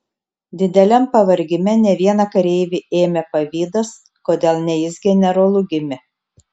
dideliam pavargime ne vieną kareivį ėmė pavydas kodėl ne jis generolu gimė